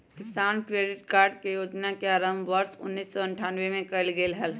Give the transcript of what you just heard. किसान credit card योजना के आरंभ वर्ष उन्नीसौ अठ्ठान्नबे में कइल गैले हल